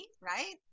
right